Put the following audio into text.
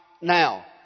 now